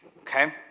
okay